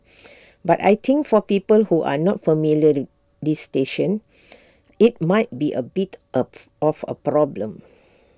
but I think for people who are not familiar this station IT might be A bit up of A problem